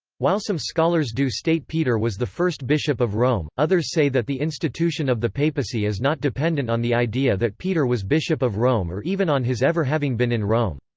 while some scholars do state peter was the first bishop of rome, others say that the institution of the papacy is not dependent on the idea that peter was bishop of rome or even on his ever having been in rome.